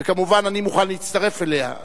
ואני כמובן מוכן להצטרף אליה,